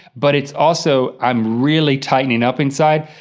but it's also, i'm really tightening up inside,